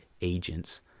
agents